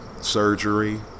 surgery